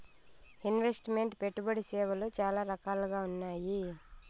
invest meant పెట్టుబడి సేవలు చాలా రకాలుగా ఉన్నాయి